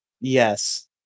Yes